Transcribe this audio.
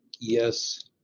yes